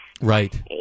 Right